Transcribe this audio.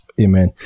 Amen